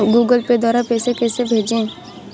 Google Pay द्वारा पैसे कैसे भेजें?